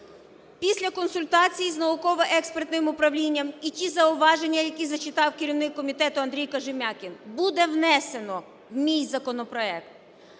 Після консультацій з науково-експертним управлінням і ті зауваження, які зачитав керівник комітету Андрій Кожем'якін, буде внесено в мій законопроект,